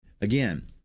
Again